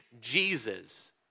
Jesus